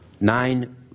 nine